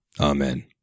Amen